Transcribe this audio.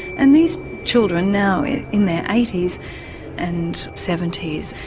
and these children, now in in their eighty s and seventy s,